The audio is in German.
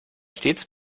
stets